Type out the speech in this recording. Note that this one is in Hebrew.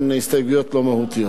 הן הסתייגויות לא מהותיות.